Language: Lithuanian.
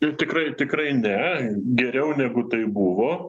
ir tikrai tikrai ne geriau negu tai buvo